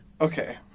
okay